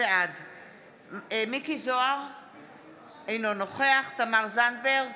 בעד מכלוף מיקי זוהר, אינו נוכח תמר זנדברג,